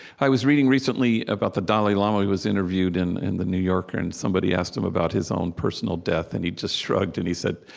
i was reading, recently, about the dalai lama. he was interviewed in in the new yorker, and somebody asked him about his own personal death. and he just shrugged, and he said,